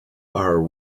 are